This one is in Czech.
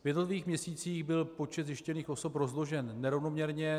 V jednotlivých měsících byl počet zjištěných osob rozložen nerovnoměrně.